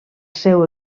seu